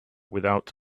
without